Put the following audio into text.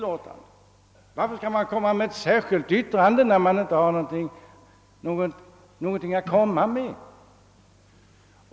Varför skall man komma med ett särskilt yttrande, när man inte har någonting nytt att komma med?